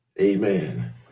Amen